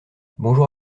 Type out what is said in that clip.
bonjour